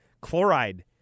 Chloride